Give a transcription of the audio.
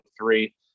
three